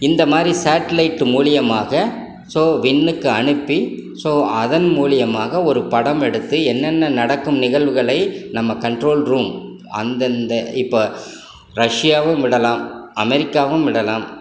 இந்த மாதிரி சேட்லைட் மூலியமாக ஸோ விண்ணுக்கு அனுப்பி ஸோ அதன் மூலியமாக ஒரு படம் எடுத்து என்னென்ன நடக்கும் நிகழ்வுகளை நம்ம கண்ட்ரோல் ரூம் அந்தந்த இப்போ ரஷ்யாவும் விடலாம் அமெரிக்காவும் விடலாம்